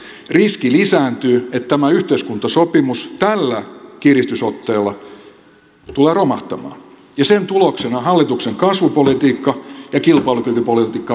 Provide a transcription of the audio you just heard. riski lisääntyy että tämä yhteiskuntasopimus tällä kiristysotteella tulee romahtamaan ja sen tuloksena hallituksen kasvupolitiikka ja kilpailukykypolitiikka romahtaa myös